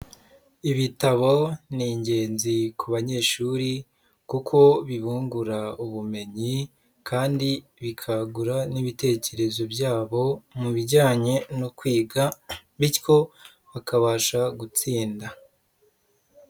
Ibitabo ni ingenzi ku banyeshuri kuko bibungura ubumenyi kandi bikangura n'ibitekerezo byabo mu bijyanye no kwiga bityo bakabasha gutsinda.